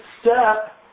step